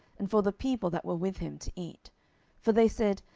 and for the people that were with him, to eat for they said,